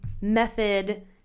method